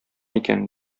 икән